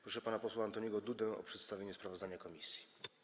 Proszę pana posła Antoniego Dudę o przedstawienie sprawozdania komisji.